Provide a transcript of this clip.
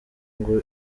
ngo